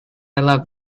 love